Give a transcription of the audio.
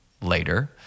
later